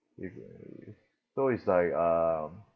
so it's like um